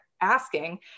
asking